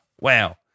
Wow